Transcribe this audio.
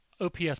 OPS